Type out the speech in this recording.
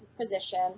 position